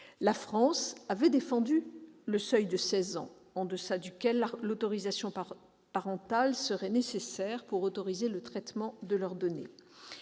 La France avait défendu le seuil de seize ans en deçà duquel l'autorisation parentale serait nécessaire pour autoriser le traitement de données